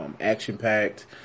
action-packed